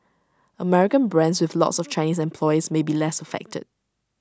American brands with lots of Chinese employees may be less affected